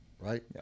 right